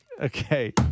Okay